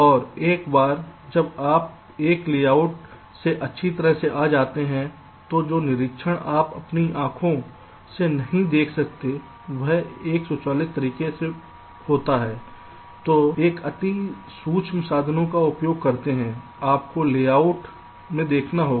और एक बार जब आप एक लेआउट में अच्छी तरह से आ जाते हैं तो जो निरीक्षण आप अपनी आँखों से नहीं देख सकते हैं वह एक स्वचालित तरीका से होता है जो एक अति सूक्ष्म साधनों का उपयोग करते है आपको लेआउट में देखना होगा